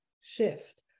shift